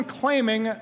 claiming